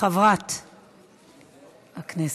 חברת הכנסת.